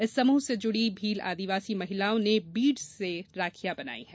इस समूह से जुडी भील आदिवासी महिलाओं ने बीड्स से राखियां बनायी है